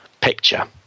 picture